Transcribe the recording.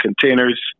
containers